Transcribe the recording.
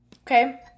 okay